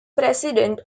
president